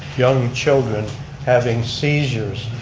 young children having seizures,